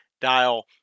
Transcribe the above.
Dial